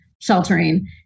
sheltering